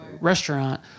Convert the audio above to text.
restaurant